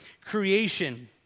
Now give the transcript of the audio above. creation